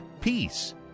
Peace